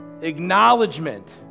Acknowledgement